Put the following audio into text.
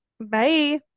Bye